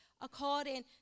according